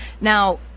Now